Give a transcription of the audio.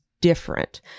different